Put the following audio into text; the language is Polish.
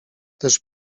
też